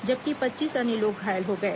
जबकि पच्चीस अन्य लोग घायल हो गए